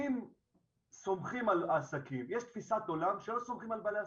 ישנה תפיסת עולם שלא סומכים על בעלי עסקים,